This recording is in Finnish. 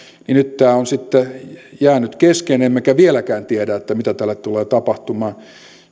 tämä on jäänyt kesken emmekä vieläkään tiedä mitä tälle tulee tapahtumaan